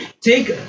take